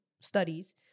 studies